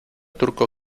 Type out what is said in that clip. turco